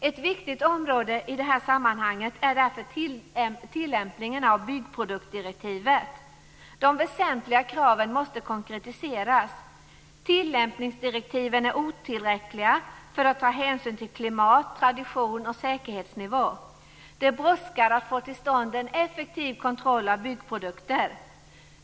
Ett viktigt område i detta sammanhang är därför tillämpningen av byggproduktdirektivet. De väsentliga kraven måste konkretiseras. Tillämpningsdirektiven är otillräckliga när det gäller att ta hänsyn till klimat, tradition och säkerhetsnivå. Det brådskar att få till stånd en effektiv kontroll av byggprodukter.